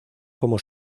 como